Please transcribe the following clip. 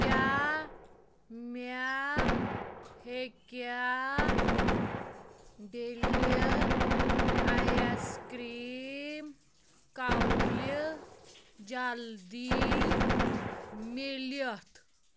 کیٛاہ مےٚ ہیٚکیٛاہ ڈیٚلہِ آیِس کرٛیٖم کَولہِ جلدِی میٖلِتھ